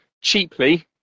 cheaply